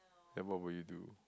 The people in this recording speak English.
then what will you do